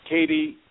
Katie